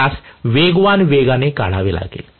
त्यास वेगवान वेगाने काढावे लागेल